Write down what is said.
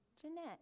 Jeanette